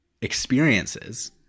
experiences